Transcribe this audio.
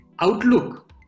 Outlook